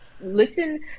listen